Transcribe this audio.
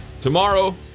Tomorrow